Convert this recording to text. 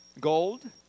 Gold